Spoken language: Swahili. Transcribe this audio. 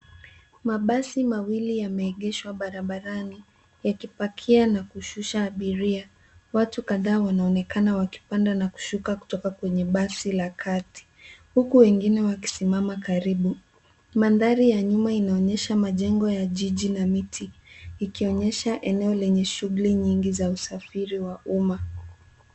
Mabasi mawili yameegeshwa barabarani, yakipakia na kushusha abiria. Watu kadhaa wanaonekana wakipanda na kushuka kutoka kwenye basi la kati, huku wengine wakisimama karibu. Mandhari ya nyuma inaonyesha majengo ya jiji na miti, ikionyesha eneo lenye shughuli nyingi za usafiri wa umma.